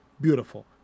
Beautiful